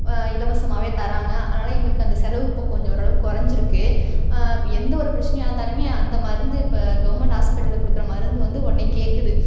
இலவசமாகவே தராங்க அதனால எங்களுக்கு அந்த செலவு இப்போ கொஞ்சம் ஓரளவுக்கு கொறைஞ்சிருக்கு எந்த ஒரு பிரச்சனையாக இருந்தாலுமே அந்த மருந்து இப்போ கவர்மெண்ட் ஹாஸ்பிட்டலில் கொடுக்குற மருந்து வந்து உடனே கேட்குது